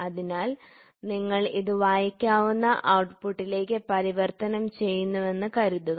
അതിനാൽ നിങ്ങൾ ഇത് വായിക്കാവുന്ന ഔട്ട്പുട്ടിലേക്ക് പരിവർത്തനം ചെയ്യുന്നുവെന്ന് കരുതുക